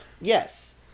Yes